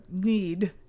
need